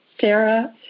Sarah